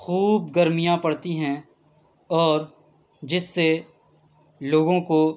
خوب گرمیاں پڑتی ہیں اور جس سے لوگوں کو